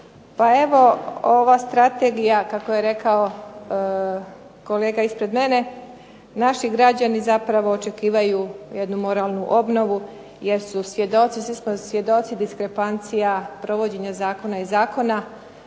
Pa evo ova strategija kako je rekao kolega ispred mene, naši građani zapravo očekivaju jednu moralnu obnovu, jer smo svi svjedoci diskrepancija provođenja zakona i zakona,